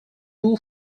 too